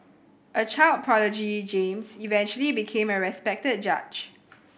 a child prodigy James eventually became a respected judge